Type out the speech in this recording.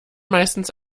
meistens